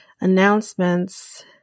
announcements